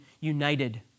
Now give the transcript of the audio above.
united